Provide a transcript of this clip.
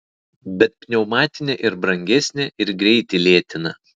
bet pneumatinė ir brangesnė ir greitį lėtina